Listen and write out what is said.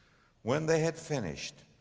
when they had finished,